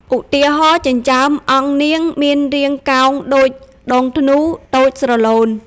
ឧទាហរណ៍ ចិញ្ចើមអង្គនាង មានរាងកោងដូចដងធ្នូ តូចស្រឡូន។